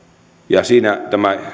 siinä tämä